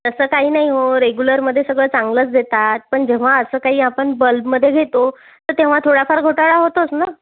तसं काही नाही हो रेग्युलरमध्ये सगळं चांगलंच देतात पण जेव्हा असं काही आपण बल्बमध्ये घेतो तर तेव्हा थोडाफार घोटाळा होतोच ना